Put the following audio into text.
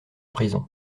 prison